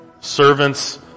Servants